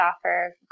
offer